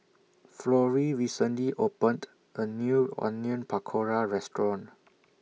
Florrie recently opened A New Onion Pakora Restaurant